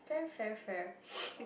fair fair fair